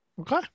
Okay